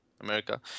America